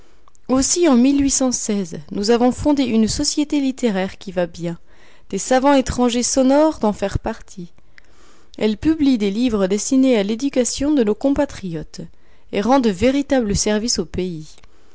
aussi en nous avons fondé une société littéraire qui va bien des savants étrangers s'honorent d'en faire partie elle publie des livres destinés à l'éducation de nos compatriotes et rend de véritables services au pays